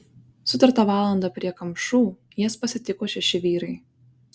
sutartą valandą prie kamšų jas pasitiko šeši vyrai